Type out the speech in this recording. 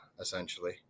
essentially